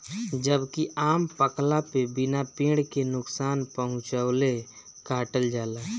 जबकि आम पकला पे बिना पेड़ के नुकसान पहुंचवले काटल जाला